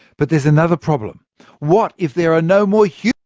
but there's another problem what if there are no more yeah